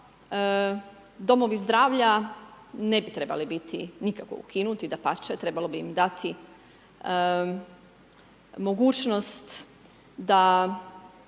da domovi zdravlja ne bi trebali biti nikako ukinuti, dapače, trebalo bi im dati mogućnost da